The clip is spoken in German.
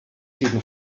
gegen